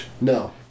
No